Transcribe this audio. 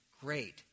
great